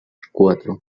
cuatro